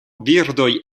birdoj